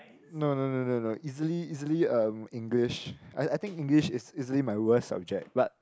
no no no no no easily easily um English I I think English is is easily my worst subject but